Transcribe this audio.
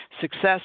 Success